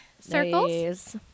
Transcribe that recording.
Circles